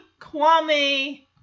Kwame